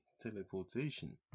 teleportation